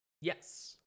yes